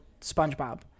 SpongeBob